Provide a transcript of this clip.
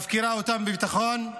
מפקירה אותם בביטחון,